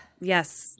yes